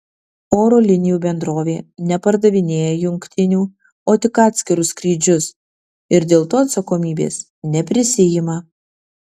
oro linijų bendrovė nepardavinėja jungtinių o tik atskirus skrydžius ir dėl to atsakomybės neprisiima